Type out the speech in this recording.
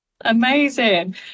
Amazing